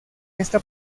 esta